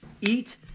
eat